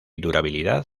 durabilidad